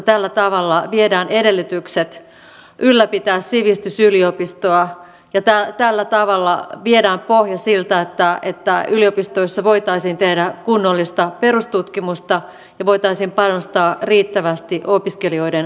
tällä tavalla viedään edellytykset ylläpitää sivistysyliopistoa ja tällä tavalla viedään pohja siltä että yliopistoissa voitaisiin tehdä kunnollista perustutkimusta ja voitaisiin panostaa riittävästi opiskelijoiden ohjaamiseen